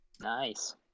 Nice